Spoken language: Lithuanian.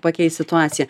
pakeis situaciją